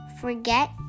Forget